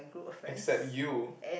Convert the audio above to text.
except you